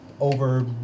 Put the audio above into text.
over